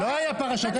לא היו פרשות.